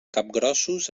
capgrossos